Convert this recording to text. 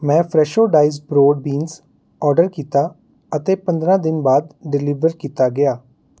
ਮੈਂ Fresho dice broad beans order ਕੀਤਾ ਅਤੇ ਪੰਦਰਾਂ ਦਿਨ ਬਾਅਦ ਡਿਲੀਵਰ ਕੀਤਾ ਗਿਆ